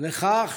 לכך